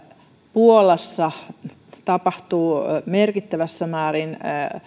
puolassa tapahtuu merkittävässä määrin